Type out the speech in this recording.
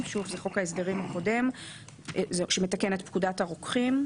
החזקת התשע"ח-2018,